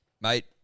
Mate